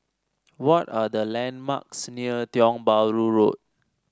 what are the landmarks near Tiong Bahru Road